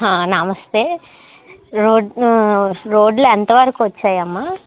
నమస్తే రోడ్లు ఎంతవరకు వచ్చాయమ్మ